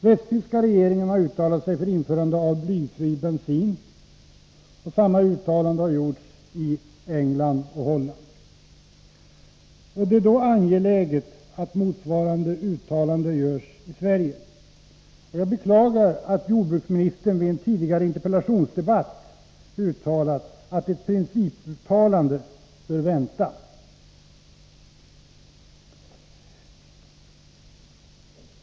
Västtyska regeringen har uttalat sig för införande av blyfri bensin, och samma uttalande har gjorts i England och Holland. Det är då angeläget att motsvarande uttalande görs i Sverige. Jag beklagar att jordbruksminis tern vid en tidigare interpellationsdebatt har sagt att ett principuttalande bör vänta.